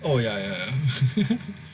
oh ya ya